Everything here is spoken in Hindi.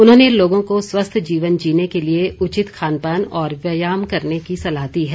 उन्होंने लोगों को स्वस्थ जीवन जीने के लिए उचित खान पान और व्यायाम करने की सलाह दी है